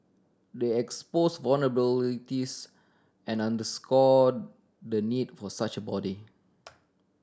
the exposed vulnerabilities and underscore the need for such a body